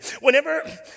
Whenever